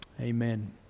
Amen